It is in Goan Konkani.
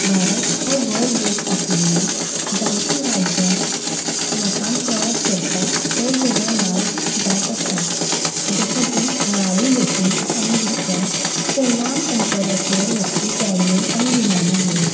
भारत हो व्हड देश आशिल्ल्यान जायती राज्यां लोकांक प्रवास करपाक वेगवेगळे मार्ग जाय पडटात जशें की थळावी बसी आनी रिक्षा ते लांब अंतराचेर वचपी गाडयो आनी विमानां मेरेन